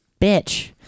bitch